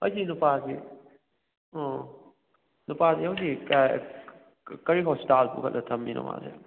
ꯍꯥꯏꯗꯤ ꯅꯨꯄꯥꯁꯤ ꯎꯝ ꯅꯨꯄꯥꯁꯤ ꯍꯧꯖꯤꯛ ꯀꯔꯤ ꯍꯣꯁꯄꯤꯇꯥꯜꯗ ꯄꯨꯈꯠꯂ ꯊꯝꯃꯤꯅꯣ ꯃꯥꯁꯦ